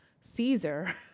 Caesar